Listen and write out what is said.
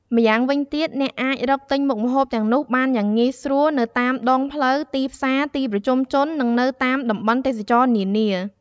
ម្យ៉ាងវិញទៀត អ្នកអាចរកទិញមុខម្ហូបទាំងនោះបានយ៉ាងងាយស្រួលនៅតាមដងផ្លូវ ទីផ្សារ ទីប្រជុំជន និងនៅតាមតំបន់ទេសចរណ៍នានា។